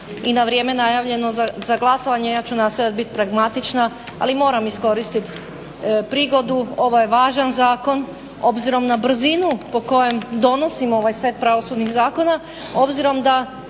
i na vrijeme najavljeno za glasovanje ja ću nastojati biti pragmatična ali moram iskoristiti prigodu. Ovo je važan zakon obzirom na brzinu po kojem donosimo ovaj set pravosudnih zakona, obzirom da